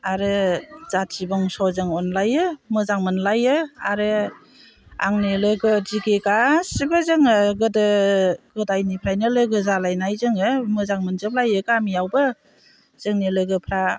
आरो जाथि बंस' जों अनलायो मोजां मोनलायो आरो आंनि लोगो दिगि गासिबो जोङो गोदो गोदायनिफ्रायनो लोगो जालायनाय जोङो मोजां मोनजोब लायो गामियावबो जोंनि लोगोफ्रा